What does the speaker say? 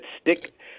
stick